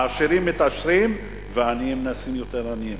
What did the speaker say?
העשירים מתעשרים והעניים נעשים יותר עניים.